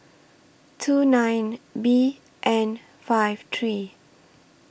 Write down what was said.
two nine B N five three